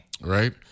Right